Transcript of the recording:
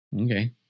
Okay